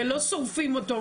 ולא שורפים אותו,